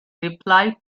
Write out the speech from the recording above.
replied